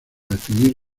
definir